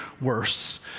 worse